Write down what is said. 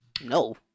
No